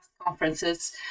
conferences